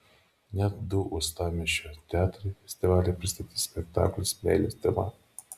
net du uostamiesčio teatrai festivalyje pristatys spektaklius meilės tema